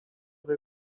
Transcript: celu